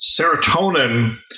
serotonin